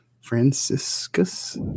Franciscus